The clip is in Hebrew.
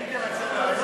שיניתם את סדר-היום?